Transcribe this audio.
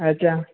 अच्छा